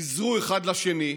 עזרו אחד לשני.